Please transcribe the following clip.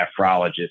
nephrologist